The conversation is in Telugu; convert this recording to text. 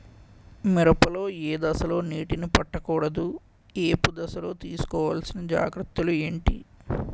మిరప లో ఏ దశలో నీటినీ పట్టకూడదు? ఏపు దశలో తీసుకోవాల్సిన జాగ్రత్తలు ఏంటి?